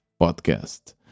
podcast